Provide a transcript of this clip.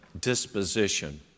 disposition